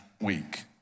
Week